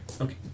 Okay